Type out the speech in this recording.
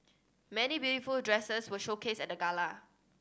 many beautiful dresses were showcased at the gala